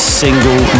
single